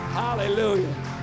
hallelujah